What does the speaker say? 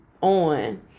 on